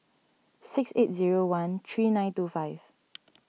six eight zero one three nine two five